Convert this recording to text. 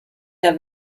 der